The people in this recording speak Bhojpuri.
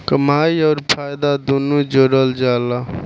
कमाई अउर फायदा दुनू जोड़ल जला